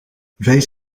wees